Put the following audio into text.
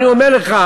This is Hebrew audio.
אני אומר לך,